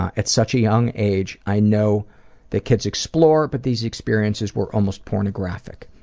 at such a young age i know that kids explore but these experiences were almost pornographic.